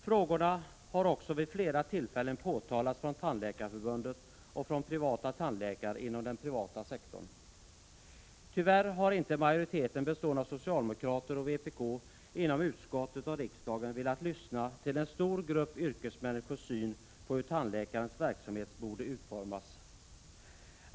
Frågorna har också vid flera tillfällen förts fram från Tyvärr har inte majoriteten, bestående av socialdemokrater och vpk, inom utskottet och riksdagen velat lyssna till hur en stor grupp yrkesmänniskor anser att tandläkarnas verksamhet borde utformas.